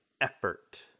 effort